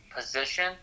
position